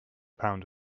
pound